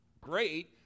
great